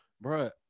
Bro